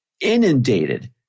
inundated